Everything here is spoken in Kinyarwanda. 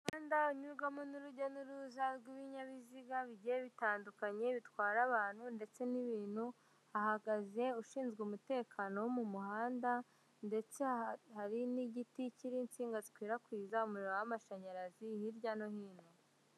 Umuhanda unyurwamo n'urujya n'uruza rw'ibinyabiziga bigiye bitandukanye, bitwara abantu ndetse n'ibintu; hahagaze ushinzwe umutekano wo mu muhanda, ndetse hari n'igiti kiriho insinga zikwirakwiza umuriro w'amashanyarazi hirya no hino.